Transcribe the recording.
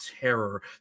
terror